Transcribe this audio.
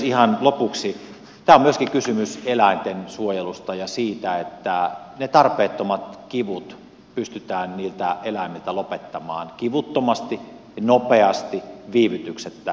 ihan lopuksi tässä on myöskin kysymys eläinten suojelusta ja siitä että ne tarpeettomat kivut pystytään niiltä eläimiltä lopettamaan kivuttomasti nopeasti viivytyksettä